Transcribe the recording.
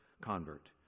convert